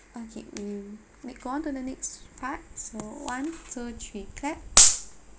okay mm ne~ go on to the next part so one two three clap